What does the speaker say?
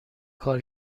کار